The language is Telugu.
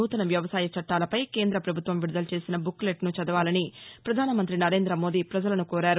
నూతన వ్యవసాయ చట్టాలపై కేంద్రపభుత్వం విడుదలచేసిన బుక్లెట్ను చదవాలని ప్రధానమంత్రి నరేంద్రమోదీ ప్రపజలను కోరారు